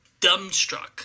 dumbstruck